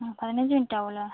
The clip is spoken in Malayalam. പതിനഞ്ച് മിനിറ്റാകും അല്ലെ